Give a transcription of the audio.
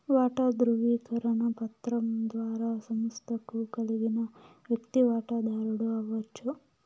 వాటా దృవీకరణ పత్రం ద్వారా సంస్తకు కలిగిన వ్యక్తి వాటదారుడు అవచ్చు